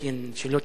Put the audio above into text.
שלא תתבלבל,